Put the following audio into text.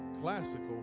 classical